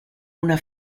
una